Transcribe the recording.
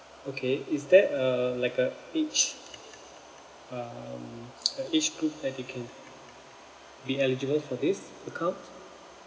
okay is there a like a age um a age group that you can be eligible for this account